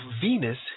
Venus